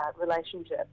relationship